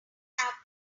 have